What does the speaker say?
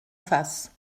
face